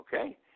Okay